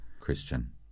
Christian